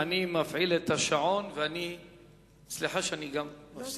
מאחר שהשר הגיע, אני מפעיל את השעון.